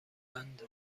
اند